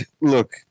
look